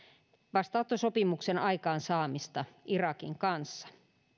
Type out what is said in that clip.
vastaanottosopimuksen aikaansaamista irakin kanssa